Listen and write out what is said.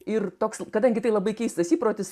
ir toks kadangi tai labai keistas įprotis